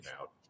out